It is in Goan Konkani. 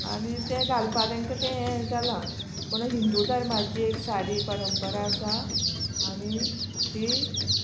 आनी तें घालपा तांकां तें हें जालां पूण हिंदू धर्माची एक साडी परंपरा आसा आनी ती